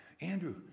Andrew